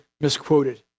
misquoted